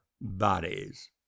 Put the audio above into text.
bodies